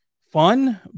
fun